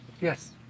Yes